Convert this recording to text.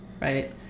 right